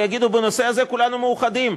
ויגידו: בנושא הזה כולנו מאוחדים.